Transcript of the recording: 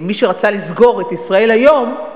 מי שרצה לסגור את "ישראל היום",